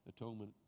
atonement